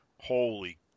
Holy